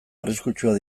arriskutsuak